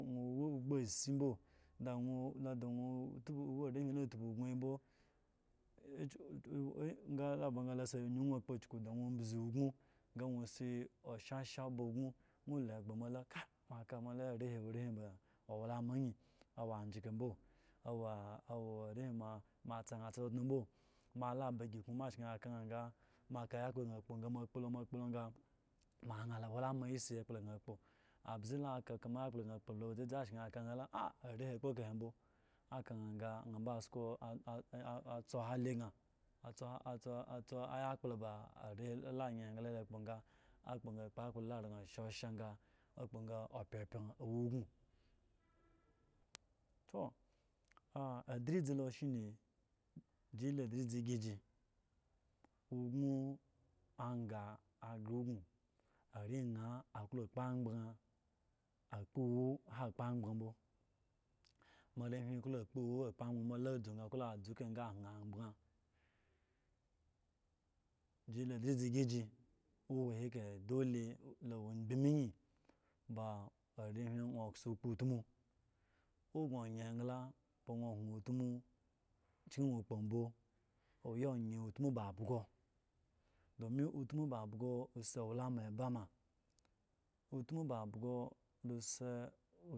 Da nwo ogba asi mbo da nwo la nwo tp arehwi la tpo ugno ayi mbo kyu kyu ba sa da la anu nwo okpa kyuku da nwo bzo ugno ga nwo si shasha aba ugo nwo olo egba moa alo kka moa la are arehe awo arehwi ba owalama ayin awo ajijiki mbo awo arehwi moa at sa na atsa tutun mbo awo mo la aba egikun gan ga moa shanyi aka na sa moaka ayakplo sa akpo ga moa akpo lo moakpo lo san moayan lo owalama esi eme gan akpo lo moakpo lo gan moayan la owalama esi eme gan akpo abza la kaka akpo san akpo awo dzizi ashun ayi aka na gan an mbo asko atzo hali san atzo oyakpo ba ari la kpo egla la kpo san akpo san akp akpo aya awo shasha sa okpo sa opyepeye owo ugno to adlizi lo shirine sielo adlizi egi si agan agee ugno are na ako repo angban akpo ewu ahan akpo angban mbo, moarehwi klo upo ewu akpo anyban mbo la du kahe sa aklo kpo angban si lo adlizi si sin dole la wo sbinin ba ba aehwin gno dzo utmu owa gno eyin egla ga gno hen utmu kyen gno okpo mbo oye oyin utmu kyen ba byo domin utmu ba bgo osi owalama aba ma.